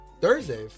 Thursday